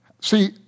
See